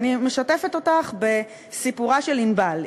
ואני משתפת אותך בסיפורה של ענבל.